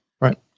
Right